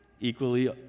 Equally